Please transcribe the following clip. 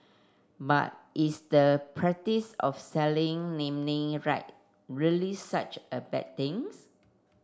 but is the practice of selling naming right really such a bad things